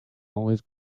always